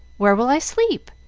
where will i sleep?